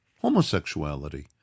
homosexuality